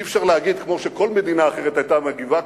אי-אפשר להגיד: כמו שכל מדינה אחרת היתה מגיבה,